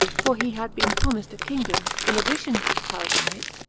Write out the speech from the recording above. for he had been promised a kingdom, in addition to his palatinate,